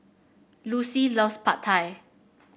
Lucy loves Pad Thai